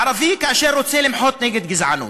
ערבי שרוצה למחות נגד גזענות,